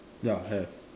ya have